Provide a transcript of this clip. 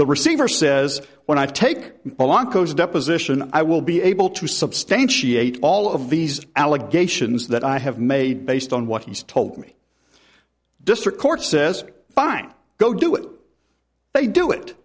the receiver says when i take along those deposition i will be able to substantiate all of these allegations that i have made based on what he's told me district court says fine go do it they do it